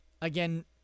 again